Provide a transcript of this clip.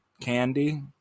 Candy